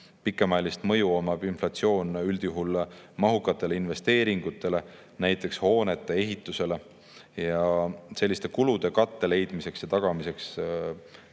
Pikemaajaline mõju on inflatsioonil üldjuhul mahukatele investeeringutele, näiteks hoonete ehitusele, ja sellistele kuludele katte leidmiseks ja tagamiseks